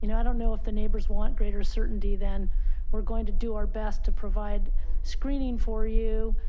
you know i don't know if the neighbors want greater certainty, then we're going to do our best to provide screening for you.